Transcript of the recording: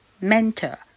mentor